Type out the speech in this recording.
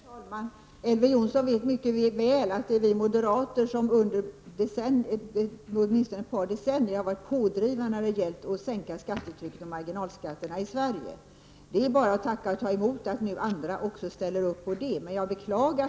Herr talman! Elver Jonsson vet mycket väl att det är vi moderater som under åtminstone ett par decennier har varit pådrivande när det gällt att få till stånd en sänkning av skattetrycket och av marginalskatterna. Men det är bara att tacka och ta emot när nu också andra ansluter sig till våra krav.